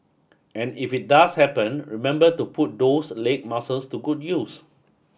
and if it does happen remember to put those leg muscles to good use